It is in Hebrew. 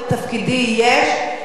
ותפקידי יהיה,